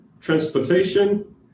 transportation